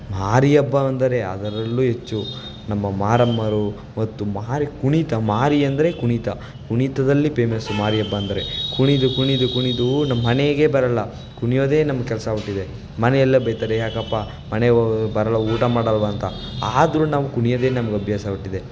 ಮಾರಿಹಬ್ಬ ಅಂದರೆ ಅದರಲ್ಲೂ ಹೆಚ್ಚು ನಮ್ಮ ಮಾರಮ್ಮ ಹೊತ್ತು ಮಾರಿ ಕುಣಿತ ಮಾರಿ ಅಂದರೆ ಕುಣಿತ ಕುಣಿತದಲ್ಲಿ ಪೇಮಸ್ಸು ಮಾರಿಹಬ್ಬ ಅಂದರೆ ಕುಣಿದು ಕುಣಿದು ಕುಣಿದೂ ನಮ್ಮ ಮನೆಗೇ ಬರೋಲ್ಲ ಕುಣಿಯೋದೆ ನಮ್ಮ ಕೆಲಸ ಆಗಿಬಿಟ್ಟಿದೆ ಮನೆಯಲ್ಲ ಬೈತಾರೆ ಯಾಕಪ್ಪ ಮನೆಗೆ ಓ ಬರೋಲ್ವ ಊಟಮಾಡೋಲ್ವ ಅಂತ ಆದರೂ ನಮ್ಗೆ ಕುಣಿಯೊದೇ ನಮ್ಗೆ ಅಭ್ಯಾಸ ಆಗಿಬಿಟ್ಟಿದೆ